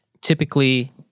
Typically